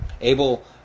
Abel